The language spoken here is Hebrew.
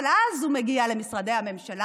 אבל אז הוא מגיע למשרדי הממשלה